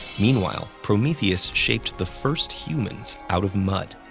meanwhile, prometheus shaped the first humans out of mud.